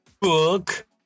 Book